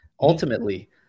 Ultimately